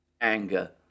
anger